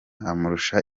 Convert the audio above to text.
amurusha